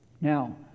Now